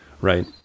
right